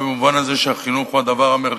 במובן הזה שהחינוך הוא הדבר המרכזי,